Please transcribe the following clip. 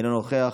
אינו נוכח,